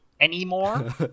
Anymore